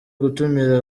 gutumira